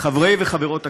חברות וחברי הכנסת,